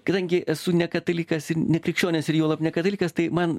kadangi esu ne katalikas ir ne krikščionis ir juolab ne katalikas tai man